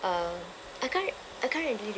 uh I can't r~ I can't really